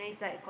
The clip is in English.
nice